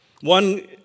One